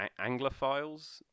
Anglophiles